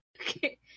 Okay